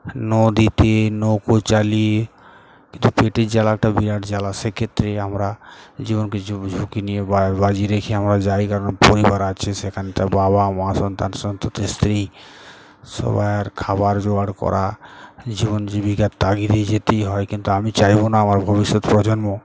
নদীতে নৌকো চালিয়ে কিন্তু পেটের জ্বালা একটা বিরাট জ্বালা সে ক্ষেত্রে আমরা জীবনকে ঝুঁকি নিয়ে বাজিয়ে রেখে আমরা যাই কারণ পরিবার আছে সেখান তার বাবা মা সন্তান সন্ততি স্ত্রী সবাই আর খাবার জোগাড় করা জীবন জীবিকার এগিয়ে দিয়ে যেতেই হয় কিন্তু আমি চাইব না আমার ভবিষ্যৎ প্রজন্ম